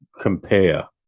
compare